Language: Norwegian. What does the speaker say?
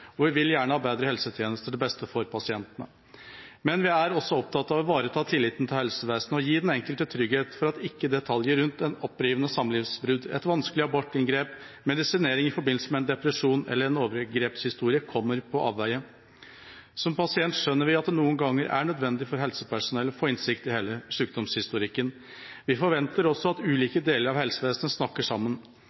og vi vil gjerne ha bedre helsetjenester, til beste for pasientene. Men vi er også opptatt av å ivareta tilliten til helsevesenet og gi den enkelte trygghet for at ikke detaljer rundt et opprivende samlivsbrudd, et vanskelig abortinngrep, medisinering i forbindelse med en depresjon eller en overgrepshistorie kommer på avveier. Som pasient skjønner vi at det noen ganger er nødvendig for helsepersonell å få innsikt i hele sykdomshistorikken. Vi forventer også at ulike deler av helsevesenet snakker sammen.